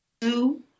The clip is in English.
Two